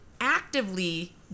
actively